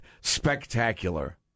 Spectacular